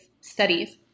studies